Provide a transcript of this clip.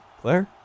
Claire